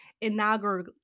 inaugural